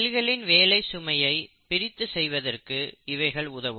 செல்களின் வேலை சுமையை பிரித்து செய்வதற்கு இவைகள் உதவும்